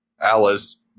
Alice